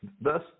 Thus